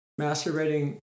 masturbating